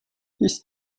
his